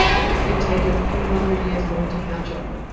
it could take a few hundred years more to catch on